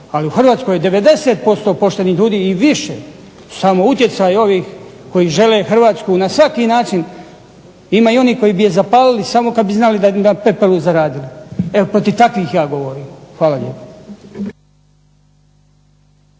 ali u Hrvatskoj je 90% poštenih ljudi i više, samo utjecaj ovih koji žele Hrvatsku na svaki način. Ima i onih koji bi je zapalili samo kad bi znali da bi na pepelu zaradili. Evo protiv takvih ja govorim. Hvala lijepo.